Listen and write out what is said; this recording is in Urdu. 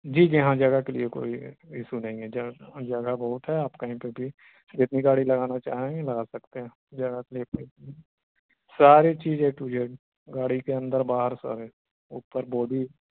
جی جی ہاں جگہ کے لیے کوئی ایشو نہیں ہے جگہ بہت ہے آپ کہیں پہ بھی جتنی گاڑی لگانا چاہیں یہ لگا سکتے ہیں جگہ کے لیےئی ساری چیز ہے ٹو جیڈ گاڑی کے اندر باہر س ہے اوپر بودی